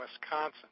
Wisconsin